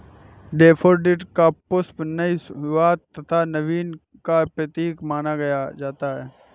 daffodil का पुष्प नई शुरुआत तथा नवीन का प्रतीक माना जाता है